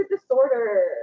disorder